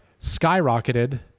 skyrocketed